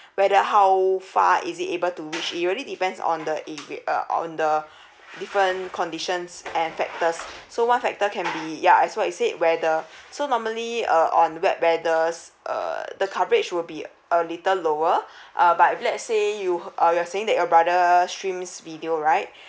whether how far is it able to reach it really depends on the if we uh on the different conditions and factors so one factor can be ya is what I said where the so normally uh on wet weathers err the coverage will be a little lower err but let's say you heard uh you're saying that your brother streams video right